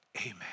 amen